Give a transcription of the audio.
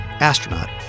Astronaut